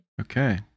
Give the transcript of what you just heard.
Okay